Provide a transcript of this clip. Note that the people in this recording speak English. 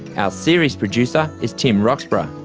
ah series producer is tim roxburgh,